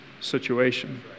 situation